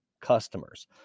customers